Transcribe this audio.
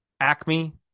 Acme